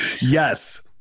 Yes